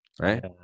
right